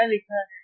क्या लिखा है